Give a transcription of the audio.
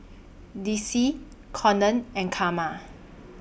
Dicy Konnor and Carma